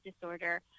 disorder